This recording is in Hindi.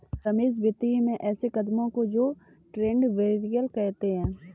रमेश वित्तीय में ऐसे कदमों को तो ट्रेड बैरियर कहते हैं